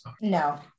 No